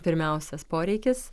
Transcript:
pirmiausias poreikis